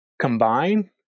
combine